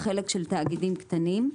לחלק של תאגידים קטנים,